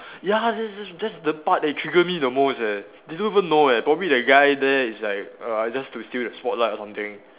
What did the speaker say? ya that's that that's the part that trigger me the most leh they don't even know leh probably that guy there is like err I just to steal the spotlight or something